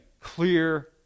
clear